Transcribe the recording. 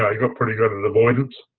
got pretty good at avoidance,